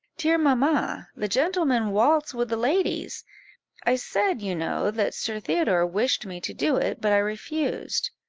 dear mamma, the gentlemen waltz with the ladies i said, you know, that sir theodore wished me to do it, but i refused.